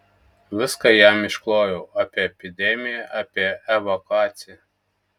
viską jam išklojau apie epidemiją apie evakuaciją